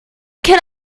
can